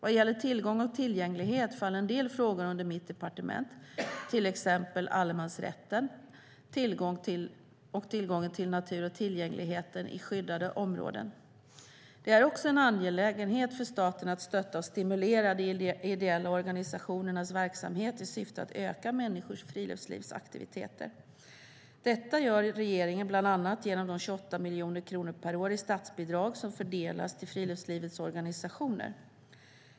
Vad gäller tillgång och tillgänglighet faller en del frågor under mitt departement, till exempel allemansrätten, tillgången till natur och tillgängligheten i skyddade områden. Det är också en angelägenhet för staten att stötta och stimulera de ideella organisationernas verksamhet i syfte att öka människors friluftslivsaktiviteter. Detta gör regeringen bland annat genom de 28 miljoner kronor per år i statsbidrag som fördelas till friluftslivets organisationer.